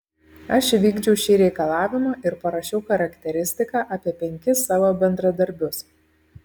aš įvykdžiau šį reikalavimą ir parašiau charakteristiką apie penkis savo bendradarbius